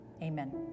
Amen